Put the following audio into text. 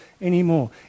anymore